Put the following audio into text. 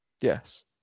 Yes